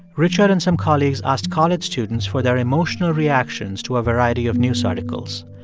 richard and some colleagues asked college students for their emotional reactions to a variety of news articles.